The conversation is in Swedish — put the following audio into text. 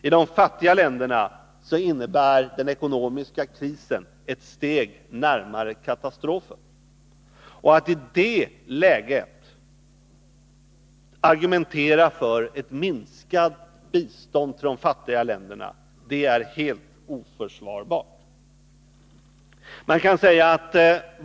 I de fattiga länderna innebär den ekonomiska krisen att de kommer ett steg närmare katastrofen. Att i detta läge argumentera för ett minskat bistånd till de fattigare länderna är helt oförsvarbart.